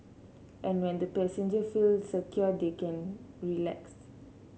and when the passengers feel secure they can relax